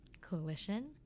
Coalition